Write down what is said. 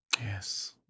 Yes